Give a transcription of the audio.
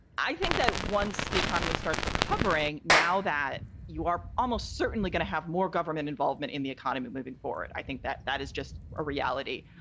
i think that once the economy starts recovering, now that you are almost certainly going to have more government involvement in the economy moving forward, i think that that is just a reality.